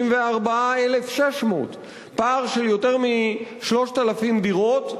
34,600. פער של יותר מ-3,000 דירות.